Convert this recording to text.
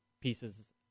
pieces